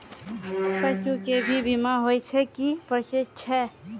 पसु के भी बीमा होय छै, की प्रोसेस छै?